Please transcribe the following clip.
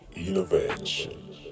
Innovation